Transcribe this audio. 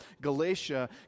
Galatia